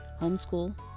homeschool